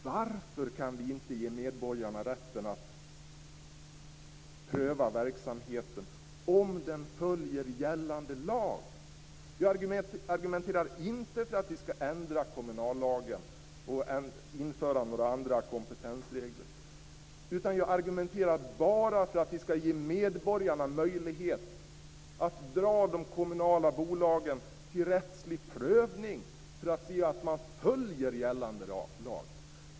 Varför kan vi inte ge medborgarna rätten att pröva om verksamheten följer gällande lag? Jag argumenterar inte för att vi skall ändra kommunallagen och införa några andra kompetensregler, utan jag argumenterar bara för att vi skall ge medborgarna möjlighet att dra de kommunala bolagen till rättslig prövning för att se att de följer gällande lag.